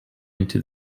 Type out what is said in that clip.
into